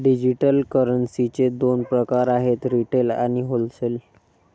digital करन्सीचे दोन प्रकार आहेत रिटेल आणि होलसेल